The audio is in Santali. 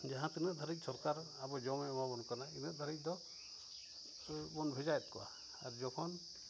ᱡᱟᱦᱟᱸ ᱛᱤᱱᱟᱹᱜ ᱫᱷᱟᱹᱨᱤᱡ ᱥᱚᱨᱠᱟᱨ ᱟᱵᱚ ᱡᱚᱢᱮ ᱮᱢᱟᱵᱚᱱ ᱠᱟᱱᱟ ᱤᱱᱟᱹᱜ ᱫᱷᱟᱹᱨᱤᱡ ᱫᱚ ᱵᱷᱮᱡᱟᱭᱮᱫ ᱠᱚᱣᱟ ᱟᱨ ᱡᱚᱠᱷᱚᱱ